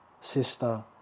sister